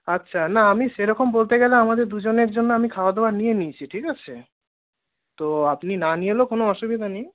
আচ্ছা না আমি সেরকম বলতে গেলে আমাদের দুজনের জন্য আমি খাবার দাবার নিয়ে নিয়েছি ঠিক আছে তো আপনি না নিয়ে এলেও কোনও অসুবিধা নেই